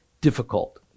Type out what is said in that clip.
difficult